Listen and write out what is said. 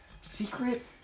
Secret